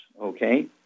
okay